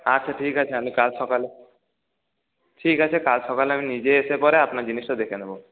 আচ্ছা ঠিক আছে আমি কাল সকালে ঠিক আছে কাল সকালে আমি নিজে এসে পরে আপনার জিনিসটা দেখে নেব